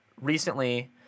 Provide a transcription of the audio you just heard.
recently